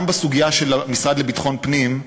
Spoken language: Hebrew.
גם בסוגיה של המשרד לביטחון פנים,